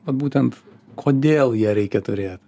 vat būtent kodėl ją reikia turėt